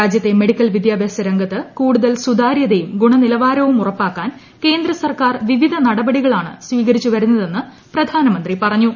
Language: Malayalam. രാജ്യത്തെ മെഡിക്കൽ പിദ്യാഭ്യാസ് രംഗത്ത് കൂടുതൽ സുതാര്യതയും ഗുണനിലവാരവും ഉറപ്പാക്കാൻ കേന്ദ്ര ഗവൺമെന്റ് വിവിധ നടപടികളാണ് സ്വീകരിച്ചുവരുന്നതെന്ന് പ്രധാനമന്ത്രി പറഞ്ഞു